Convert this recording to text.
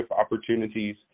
opportunities